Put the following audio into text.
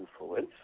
influence